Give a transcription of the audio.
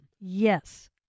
Yes